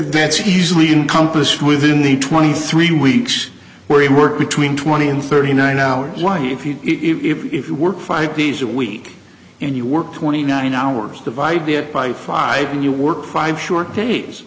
easily encompass within the twenty three weeks where you work between twenty and thirty nine hours why if you if you work five days a week and you work twenty nine hours divide that by five and you work five short days